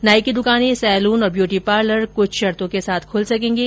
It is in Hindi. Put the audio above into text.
नाई की दुकानें सैलून और ब्यूटीपार्लर कुछ शर्तो के साथ खूल सकेंगे